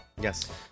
Yes